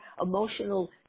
emotional